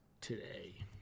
today